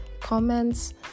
comments